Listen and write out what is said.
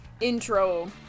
intro